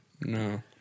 No